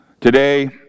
Today